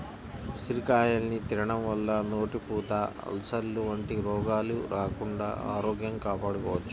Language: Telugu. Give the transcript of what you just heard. ఉసిరికాయల్ని తినడం వల్ల నోటిపూత, అల్సర్లు వంటి రోగాలు రాకుండా ఆరోగ్యం కాపాడుకోవచ్చు